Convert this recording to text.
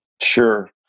sure